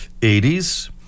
80s